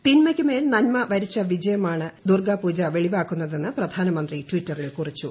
തിന്മക്കു മേൽ നന്മ വരിച്ച വിജയമാണ് ദുർഗ്ഗാ പൂജ വെളിവാക്കുന്നതെന്ന് പ്രധാനമന്ത്രി ട്വിറ്ററിൽ കുറിച്ചു